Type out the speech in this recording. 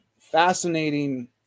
fascinating